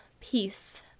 peace